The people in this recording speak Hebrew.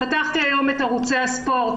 פתחתי היום את ערוצי הספורט,